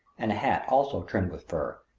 and a hat also trimmed with fur,